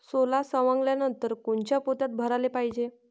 सोला सवंगल्यावर कोनच्या पोत्यात भराले पायजे?